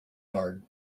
guard